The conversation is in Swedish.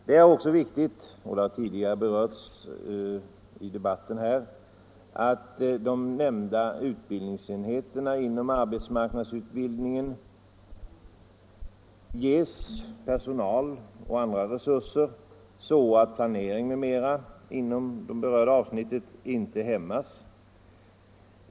Det är också viktigt — det har berörts tidigare i debatten — att de nämnda Nr 85 utbildningsenheterna inom arbetsmarknadsutbildningen ges personalre Onsdagen den surser och andra resurser så att planering m.m. inom det berörda avsnittet 21 maj 1975 inte hämmas.